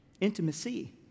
Intimacy